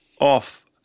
off